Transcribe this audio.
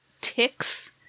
ticks